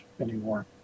anymore